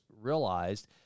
realized